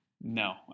no